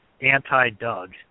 anti-Doug